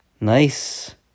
Nice